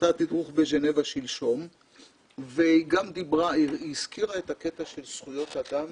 בג'נבה והיא הזכירה את הקטע של זכויות אדם